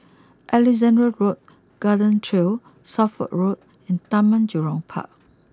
Alexandra Road Garden Trail Suffolk Road and Taman Jurong Park